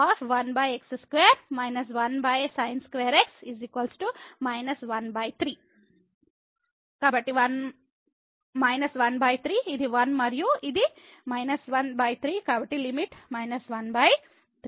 కాబట్టి x 0 1 3 కాబట్టి 1 3 ఇది 1 మరియు ఇది 1 3 కాబట్టి లిమిట్ 1 3